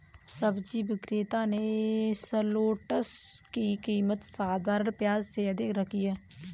सब्जी विक्रेता ने शलोट्स की कीमत साधारण प्याज से अधिक रखी है